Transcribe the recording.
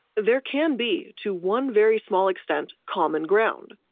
there can be, to one very small extent, common ground.